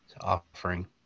offering